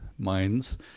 Minds